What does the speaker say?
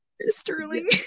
Sterling